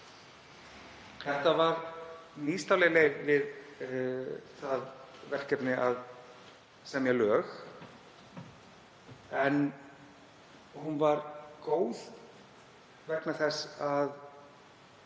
Þetta var nýstárleg leið við það verkefni að semja lög, en hún var góð vegna þess að